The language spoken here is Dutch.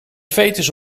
veters